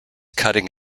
cutting